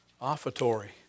offertory